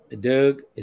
Doug